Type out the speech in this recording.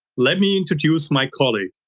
let me introduce my colleague.